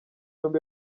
yombi